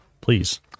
Please